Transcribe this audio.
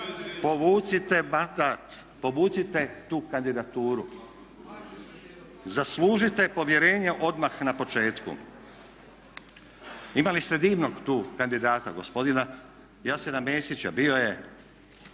povucite tu kandidaturu. Zaslužite povjerenje odmah na početku. Imali ste divnog tu kandidata gospodina Jasena Mesića, bio je